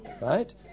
right